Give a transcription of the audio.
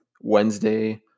Wednesday